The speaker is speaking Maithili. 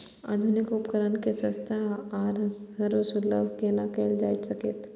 आधुनिक उपकण के सस्ता आर सर्वसुलभ केना कैयल जाए सकेछ?